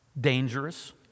dangerous